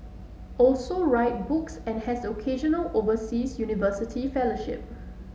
also write books and has the occasional overseas university fellowship